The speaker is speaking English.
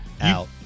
out